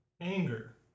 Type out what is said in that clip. anger